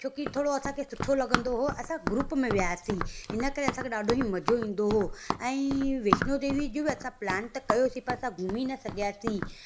छोकी थोरो असांखे सुठो लॻंदो हुओ असां ग्रूप में वियासीं हिन करे असांखे ॾाढो ई मज़ो ईंदो हुओ ऐं वेष्णो देवी बि असां प्लैन त कयोसीं पर असां घुमी न सघियासीं